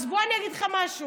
אז בוא אני אגיד לך משהו: